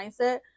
mindset